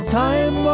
time